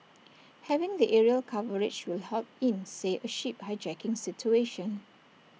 having the aerial coverage will help in say A ship hijacking situation